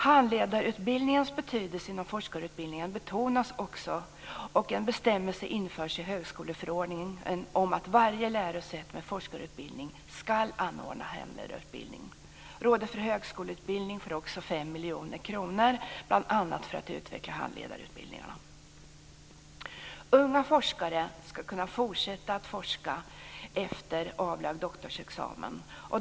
Handledarutbildningens betydelse inom forskarutbildningen betonas också och en bestämmelse införs i högskoleförordningen om att varje lärosäte med forskarutbildning ska anordna handledarutbildning. Rådet för högskoleutbildning får också 5 miljoner kronor bl.a. för att utveckla handledarutbildningarna. Unga forskare ska kunna fortsätta att forska efter avlagd doktorsexamen.